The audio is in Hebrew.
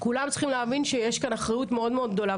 כולם צריכים להבין שיש כאן אחריות מאוד גדולה,